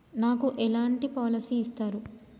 నాకు ఎలాంటి పాలసీ ఇస్తారు?